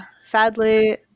sadly